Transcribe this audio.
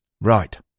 Right